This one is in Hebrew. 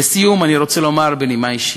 לסיום, אני רוצה לומר מילה אישית: